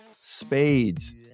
spades